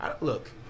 Look